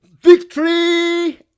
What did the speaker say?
Victory